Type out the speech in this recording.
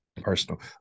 personal